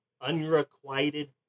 unrequited